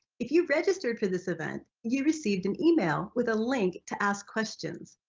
if you registered for this event you received an email with a link to ask questions,